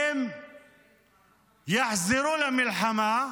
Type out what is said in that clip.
יחזרו למלחמה,